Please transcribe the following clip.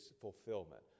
fulfillment